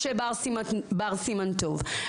משה בר סימן טוב.